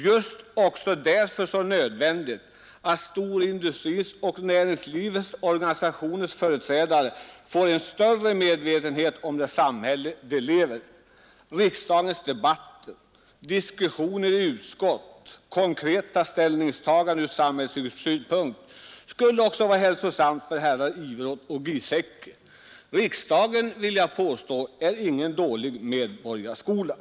Just därför är det också så nödvändigt att även storindustrins och näringslivets organisationers företrädare får en större medvetenhet om det samhälle de lever i. Att delta i riksdagens debatter, i diskussionerna i utskotten samt i konkreta ställningstaganden från samhällssynpunkt skulle också vara hälsosamt för herrar Iveroth och Giesecke, Riksdagen är, vill jag påstå, ingen dålig medborgarskola.